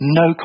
no